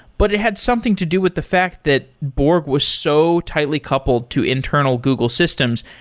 but it had something to do with the fact that borg was so tightly coupled to internal google systems,